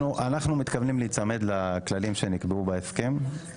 אנחנו מתכוונים להיצמד לכללים שנקבעו בהסכם.